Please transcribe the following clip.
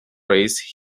race